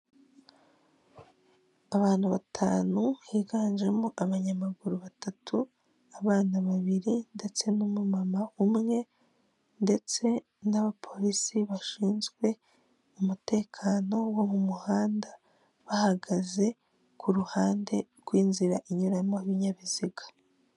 Abantu batanu higanjemo abanyamaguru batatu, abana babiri ndetse n'umumama umwe, ndetse n'abapolisi bashinzwe umutekano wo mu muhanda, bahagaze ku ruhande rw'inzira inyuramo ibinyabiziga.